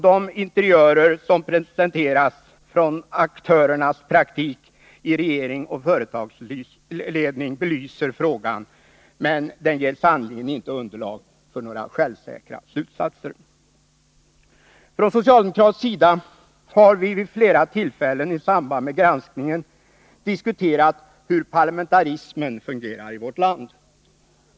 De interiörer som presenteras från aktörernas praktik i regering och företagsledning belyser frågan, men ger sannerligen inte underlag för några självsäkra slutsatser. Från socialdemokratisk sida har vi vid flera tillfällen i samband med granskningen diskuterat hur parlamentarismen fungerar i vårt land.